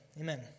Amen